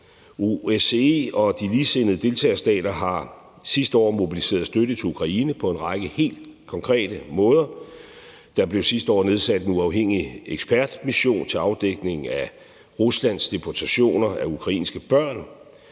OSCE og de ligesindede deltagerstater har sidste år mobiliseret støtte til Ukraine på en række helt konkrete måder. Der blev sidste år nedsat en uafhængig ekspertmission til afdækning af Ruslands deportationer af ukrainske børn,